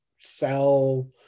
sell